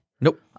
Nope